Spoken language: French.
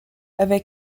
avec